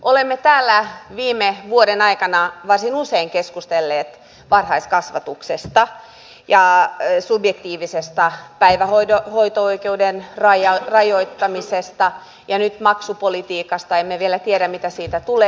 olemme täällä viime vuoden aikana varsin usein keskustelleet varhaiskasvatuksesta ja subjektiivisesta päivähoito oikeuden rajoittamisesta ja nyt maksupolitiikasta emme vielä tiedä mitä siitä tulee